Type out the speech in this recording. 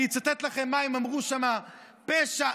אני אצטט לכם מה הם אמרו שם: פשע,